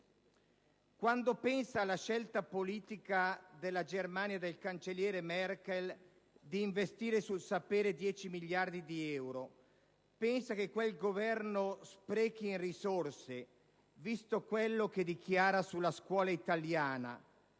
Quando pensa alla scelta politica della Germania del cancelliere Merkel di investire sul sapere 10 miliardi di euro, ritiene che quel Governo sprechi risorse, visto quello che dichiara sulla scuola italiana,